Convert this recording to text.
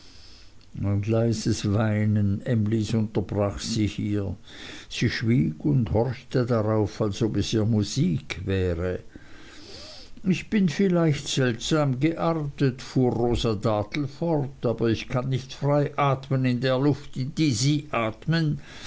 ein leises weinen emlys unterbrach sie hier sie schwieg und horchte darauf als ob es ihr musik wäre ich bin vielleicht seltsam geartet fuhr rosa dartle fort aber ich kann nicht frei atmen in der luft die sie atmen